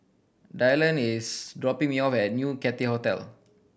Dylan is dropping me off at New Cathay Hotel